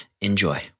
Enjoy